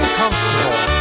comfortable